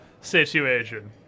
situation